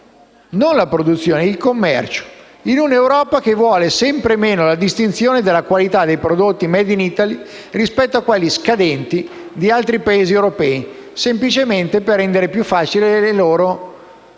non la produzione, in un'Europa che vuole sempre meno la distinzione della qualità dei prodotti *made in Italy* rispetto a quelli scadenti di altri Paesi europei, semplicemente per rendere più facili le loro